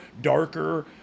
darker